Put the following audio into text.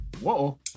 Whoa